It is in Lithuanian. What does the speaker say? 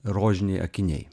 rožiniai akiniai